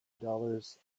dollars